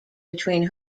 between